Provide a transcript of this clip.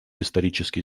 исторические